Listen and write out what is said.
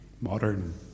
Modern